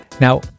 now